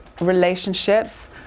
relationships